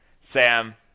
sam